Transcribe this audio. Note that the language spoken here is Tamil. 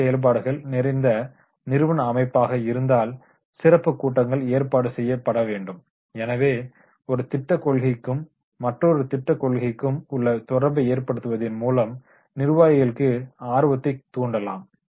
குறுக்கு செயல்பாடுகள் நிறைந்த நிறுவன அமைப்பாக இருந்தால் சிறப்பு கூட்டங்கள் ஏற்பாடு செய்யப்பட வேண்டும் எனவே ஒரு திட்ட கொள்கைக்கும் மற்றொரு திட்ட கொள்கைக்கும் உள்ள தொடர்பை ஏற்படுத்துவதின் மூலம் நிர்வாகிகளுக்கு ஆர்வத்தை தூண்டலாம்